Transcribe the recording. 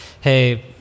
hey